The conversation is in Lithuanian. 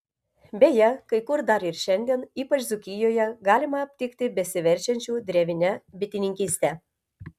beje kai kur dar ir šiandien ypač dzūkijoje galima aptikti besiverčiančių drevine bitininkyste